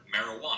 marijuana